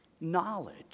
knowledge